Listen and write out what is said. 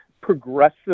progressive